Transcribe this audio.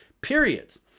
periods